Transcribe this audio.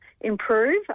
improve